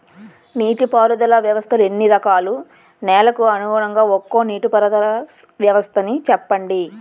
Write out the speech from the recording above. నీటి పారుదల వ్యవస్థలు ఎన్ని రకాలు? నెలకు అనుగుణంగా ఒక్కో నీటిపారుదల వ్వస్థ నీ చెప్పండి?